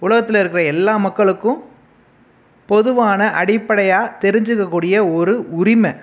உலகத்தில் இருக்கிற எல்லா மக்களுக்கும் பொதுவான அடிப்படையாக தெரிஞ்சிக்க கூடிய ஒரு உரிமை